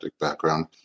background